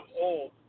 old